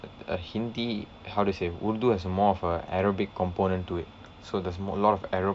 uh hindi how do I say urdu has more of a arabic component to it so there's m~ a lot of arab